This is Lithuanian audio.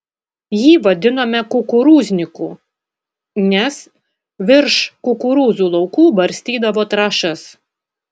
jį vadinome kukurūzniku nes virš kukurūzų laukų barstydavo trąšas